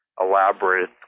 elaborate